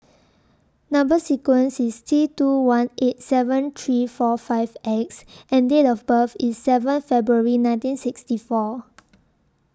Number sequence IS T two one eight seven three four five X and Date of birth IS seventh February nineteen sixty four